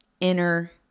inner